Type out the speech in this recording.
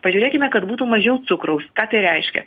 pažiūrėkime kad būtų mažiau cukraus ką tai reiškia